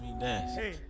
Hey